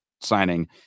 signing